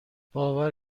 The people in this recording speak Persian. باور